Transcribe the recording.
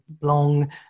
long